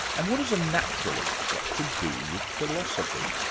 and what has a naturalist got to do with philosophy?